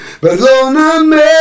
perdóname